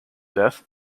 death